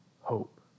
hope